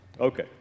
Okay